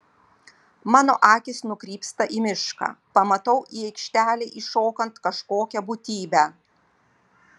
mano akys nukrypsta į mišką pamatau į aikštelę įšokant kažkokią būtybę